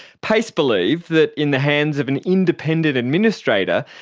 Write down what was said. payce believe that in the hands of an independent administrator,